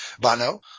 Bano